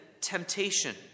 temptation